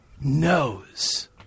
knows